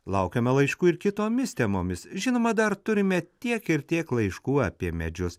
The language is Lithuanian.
laukiame laiškų ir kitomis temomis žinoma dar turime tiek ir tiek laiškų apie medžius